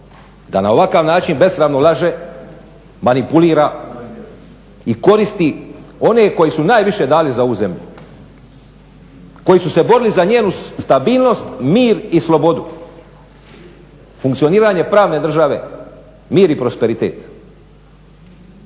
da na ovakav način besramno laže, manipulira i koristi one koji su najviše dali za ovu zemlju, koji su se borili za njenu stabilnost, mir i slobodu, funkcioniranje pravne države mir i prosperitet.